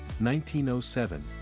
1907